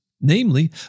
namely